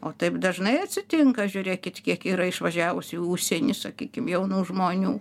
o taip dažnai atsitinka žiūrėkit kiek yra išvažiavusių į užsienį sakykim jaunų žmonių